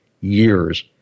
years